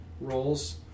roles